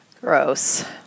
Gross